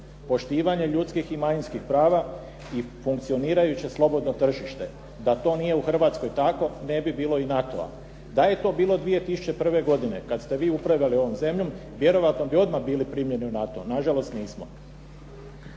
poštivanje ljudskih i manjinskih prava i funkcionirajuće slobodno tržište. Da to nije u Hrvatskoj tako, ne bi bilo u NATO-a. Da je to bilo 2001. godine kad ste vi upravljali ovom zemljom, vjerojatno bi odmah bili primljeni u NATO. Nažalost nismo.